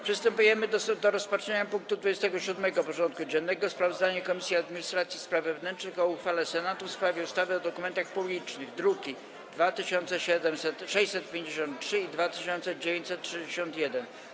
Przystępujemy do rozpatrzenia punktu 27. porządku dziennego: Sprawozdanie Komisji Administracji i Spraw Wewnętrznych o uchwale Senatu w sprawie ustawy o dokumentach publicznych (druki nr 2953 i 2961)